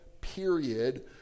Period